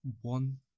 one